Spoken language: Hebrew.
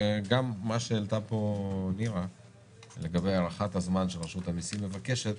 וגם מה שהעלתה פה נירה לגבי הארכת הזמן שרשות המיסים מבקשת,